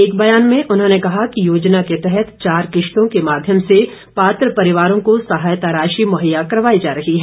एक ब्यान में उन्होंने कहा कि योजना के तहत चार किश्तों के माध्यम से पात्र परिवारों को सहायता राशि मुहैया करवाई जा रही है